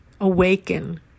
awaken